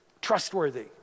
trustworthy